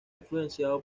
influenciado